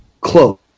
close